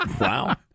Wow